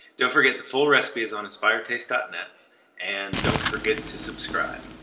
don't forget the full recipe is on inspiredtaste dot net and don't forget to subscribe